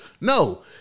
no